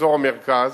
באזור המרכז,